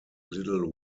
little